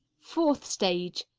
fourth stage.